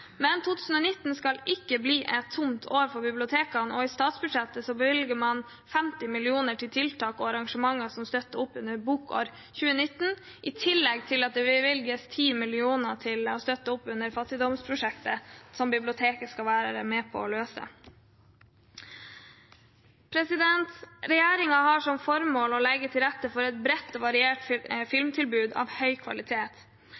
Men 2019 skal ikke bli et tomt år for bibliotekene, og i statsbudsjettet bevilger man 50 mill. kr til tiltak og arrangementer som støtter opp under Bokåret 2019, i tillegg til at det bevilges 10 mill. kr til å støtte fattigdomsprosjektet som biblioteket skal være med på å løse. Regjeringen har som formål å legge til rette for et bredt og variert filmtilbud av høy kvalitet.